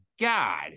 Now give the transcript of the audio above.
god